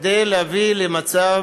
כדי להביא למצב